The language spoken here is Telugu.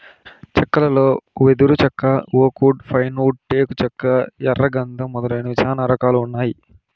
చెక్కలలో వెదురు చెక్క, ఓక్ వుడ్, పైన్ వుడ్, టేకు చెక్క, ఎర్ర గందం మొదలైనవి చానా రకాల చెక్కలు ఉన్నాయి